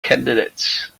candidates